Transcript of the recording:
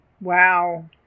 Wow